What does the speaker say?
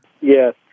Yes